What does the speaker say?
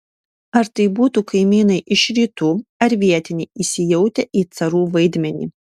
ar tai būtų kaimynai iš rytų ar vietiniai įsijautę į carų vaidmenį